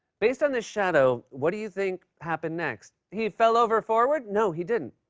based on this shadow, what do you think happened next? he fell over forward? no, he didn't.